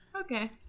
Okay